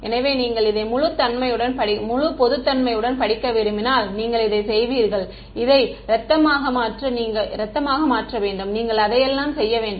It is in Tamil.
எனவே நீங்கள் இதை முழு பொதுத்தன்மையுடன் படிக்க விரும்பினால் நீங்கள் இதை செய்வீர்கள் இதை இரத்தமாக மாற்ற வேண்டும் நீங்கள் அதையெல்லாம் செய்ய வேண்டும்